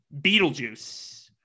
Beetlejuice